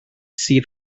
sydd